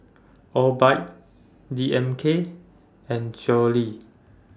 Obike D M K and